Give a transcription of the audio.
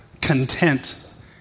content